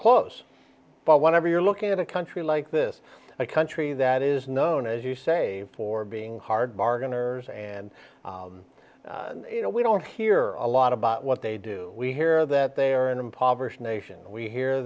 close but whenever you're looking at a country like this a country that is known as you say for being hard bargain or is and you know we don't hear a lot about what they do we hear that they are an impoverished nation and we hear